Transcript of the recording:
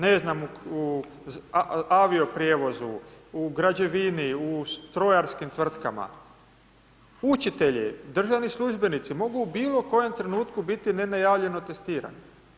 Ne znam u avio prijevozu, u građevini, u strojarskim tvrtkama, učitelji, državni službenici mogu u bilo kojem trenutku biti ne najavljeno testirani.